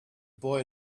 boy